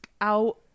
out